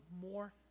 more